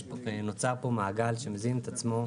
נוצר פה מעגל שמזין את עצמו,